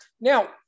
Now